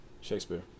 shakespeare